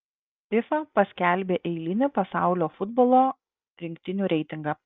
fifa paskelbė eilinį pasaulio futbolo rinktinių reitingą